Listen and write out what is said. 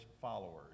followers